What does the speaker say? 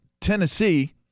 Tennessee